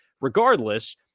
Regardless